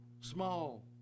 small